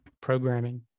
programming